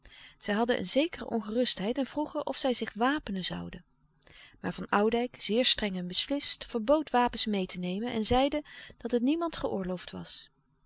zij hadden een zekere ongerustheid en vroegen of zij zich wapenen zouden maar van oudijck zeer streng en beslist verbood wapens meê te nemen en zeide dat het niemand geoorloofd was